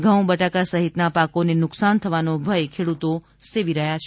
ઘઉં બટાકા સહિતના પાકોને નુકસાન થવાનો ભય ખેડૂતો સેવી રહ્યા છે